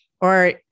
or-